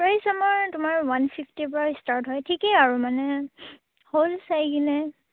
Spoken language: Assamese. প্ৰাইছ আমাৰ তোমাৰ ওৱান ফিফটিৰ পৰা ষ্টাৰ্ট হয় ঠিকেই আৰু মানে হ'ল চাই কিনে